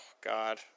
God